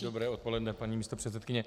Dobré odpoledne, paní místopředsedkyně.